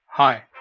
Hi